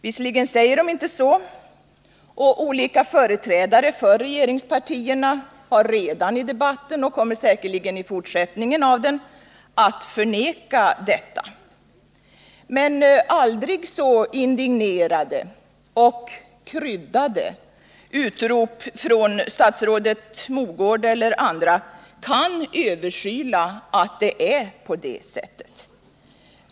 Visserligen säger man inte så, och olika företrädare för regeringspartierna har redan i debatten förnekat detta och kommer säkerligen i fortsättningen av den också att göra det. Men aldrig så indignerade och kryddade utrop från statsrådet Mogård eller andra kan inte överskyla att det är så.